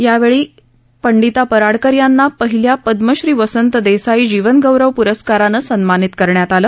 या वेळी पंडिता पराडकर यांना पहिल्या पदमश्री वसंत देसाई जीवनगौरव प्रस्कारानं सन्मानित करण्यात आलं